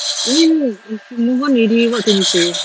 I mean if you moved on already what can you say